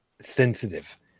sensitive